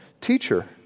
Teacher